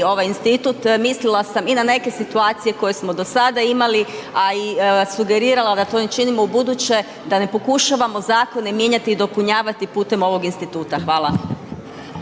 ovaj institut mislila sam i na neke situacije koje smo do sada imali a i sugerirala da to ne činimo ubuduće. Da ne pokušavamo zakone mijenjati i dopunjavati putem ovog instituta. Hvala.